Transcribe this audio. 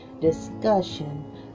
discussion